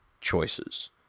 choices